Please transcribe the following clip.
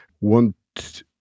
want